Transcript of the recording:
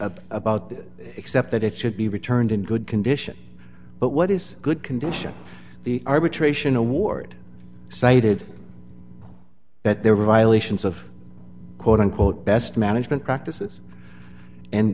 bit about this except that it should be returned in good condition but what is good condition the arbitration award cited that there were violations of quote unquote best management practices and